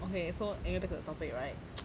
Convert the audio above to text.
okay so anyway back to the topic right